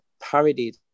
parodied